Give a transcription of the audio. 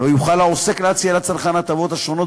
לא יוכל העוסק להציע לצרכן הטבות השונות